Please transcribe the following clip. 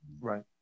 right